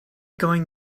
going